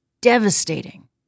devastating